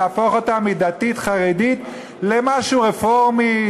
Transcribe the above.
להפוך אותה מדתית-חרדית למשהו רפורמי,